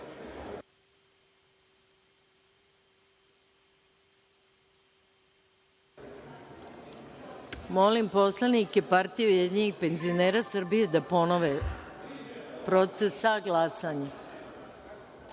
poslanike Partije ujedinjenih penzionera Srbije da ponove proces za glasanje